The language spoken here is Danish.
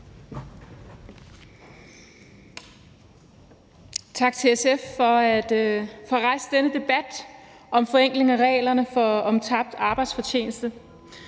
Tak til SF for at rejse denne debat om forenkling af reglerne om tabt arbejdsfortjeneste.